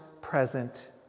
present